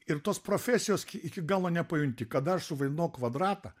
ir tos profesijos iki galo nepajunti kada aš suvaidinau kvadratą